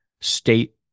state